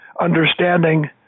understanding